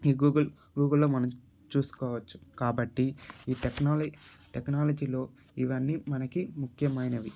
ఈ గూగుల్ గూగుల్లో మనం చూసుకోవచ్చు కాబట్టి ఈ టెక్నా టెక్నాలజీలో ఇవన్నీ మనకి ముఖ్యమైనవి